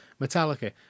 Metallica